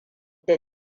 da